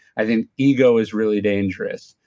i think ego is really dangerous.